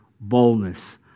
boldness